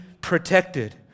protected